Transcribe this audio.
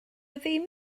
ddim